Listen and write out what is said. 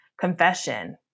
confession